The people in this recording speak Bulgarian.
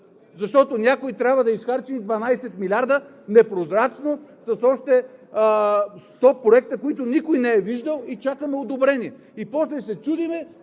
защото някой трябва да изхарчи 12 милиарда непрозрачно, с още 100 проекта, които никой не е виждал, и чакаме одобрение. После се чудим